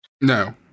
No